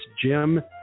Jim